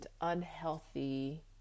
unhealthy